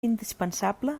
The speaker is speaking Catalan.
indispensable